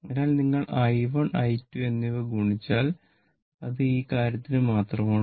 അതിനാൽ നിങ്ങൾ i1 i2 എന്നിവ ഗുണിച്ചാൽ അത് ഈ കാര്യത്തിന് മാത്രമാണ്